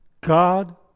God